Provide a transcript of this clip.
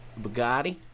Bugatti